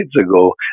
ago